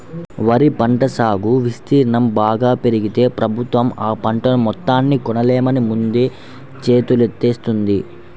వరి పంట సాగు విస్తీర్ణం బాగా పెరిగితే ప్రభుత్వం ఆ పంటను మొత్తం కొనలేమని ముందే చేతులెత్తేత్తంది